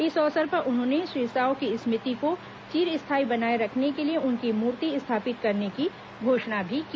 इस अवसर पर उन्होंने श्री साव की स्मृति को चिर स्थायी बनाये रखने के लिए उनकी मूर्ति स्थापित करने की घोषणा भी की